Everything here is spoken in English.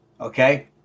okay